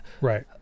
right